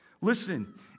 Listen